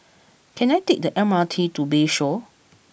can I take the M R T to Bayshore